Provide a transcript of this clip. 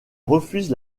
refuse